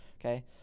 Okay